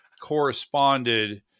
corresponded